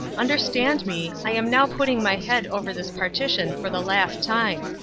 understand me, i am now putting my head over this partition for the last time.